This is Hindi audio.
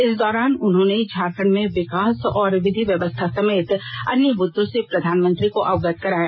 इस दौरान उन्होंने झारखंड में विकास और विधि व्यवस्था समेत अन्य मुददों से प्रधानमंत्री को अवगत कराया